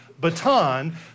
baton